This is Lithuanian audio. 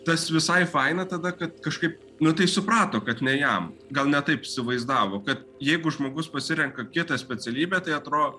tas visai faina tada kad kažkaip nu tai suprato kad ne jam gal ne taip įsivaizdavo kad jeigu žmogus pasirenka kitą specialybę tai atro